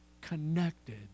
connected